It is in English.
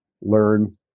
learn